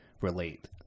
relate